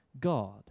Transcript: God